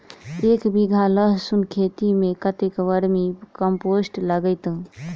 एक बीघा लहसून खेती मे कतेक बर्मी कम्पोस्ट लागतै?